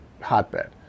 hotbed